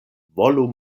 volu